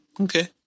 okay